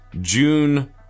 June